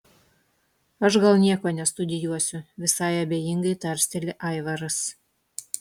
aš gal nieko nestudijuosiu visai abejingai tarsteli aivaras